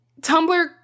Tumblr